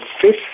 fifth